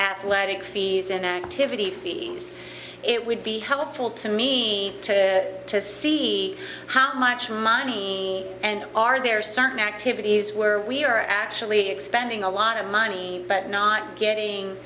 athletic fees inactivity fees it would be helpful to me to see how much money and are there certain activities where we are actually expanding a lot of money but not getting